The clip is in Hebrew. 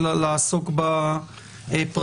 אלא לעסוק בפרטים.